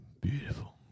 Beautiful